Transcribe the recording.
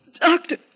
Doctor